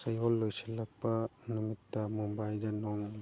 ꯆꯌꯣꯜ ꯂꯣꯏꯁꯤꯜꯂꯛꯄ ꯅꯨꯃꯤꯠꯇ ꯃꯨꯝꯕꯥꯏꯗ ꯅꯣꯡ ꯃꯪꯒꯗ꯭ꯔꯥ